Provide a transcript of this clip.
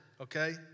okay